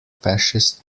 fascist